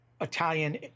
Italian